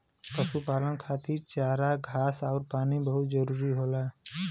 पशुपालन खातिर चारा घास आउर पानी बहुत जरूरी होला